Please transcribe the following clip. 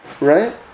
right